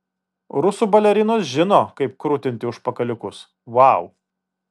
rusų balerinos žino kaip krutinti užpakaliukus vau